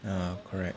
ya correct